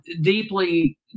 deeply